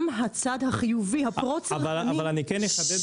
גם הצד החיובי הפרו-צרכני --- אבל אחדד,